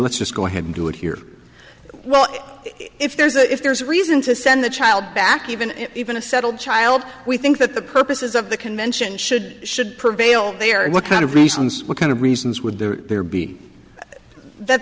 let's just go ahead and do it here well if there's if there's reason to send the child back even if even a settled child we think that the purposes of the convention should should prevail they are what kind of reasons what kind of reasons would there be that